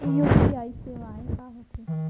UPI सेवाएं का होथे